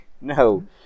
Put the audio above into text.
No